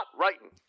writing